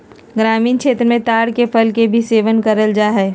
ग्रामीण क्षेत्र मे ताड़ के फल के भी सेवन करल जा हय